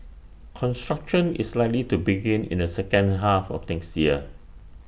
construction is likely to begin in the second half of next year